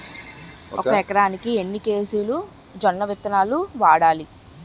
ఒక ఎకరానికి ఎన్ని కేజీలు జొన్నవిత్తనాలు వాడాలి?